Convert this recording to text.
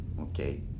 Okay